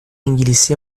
انگلیسی